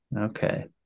Okay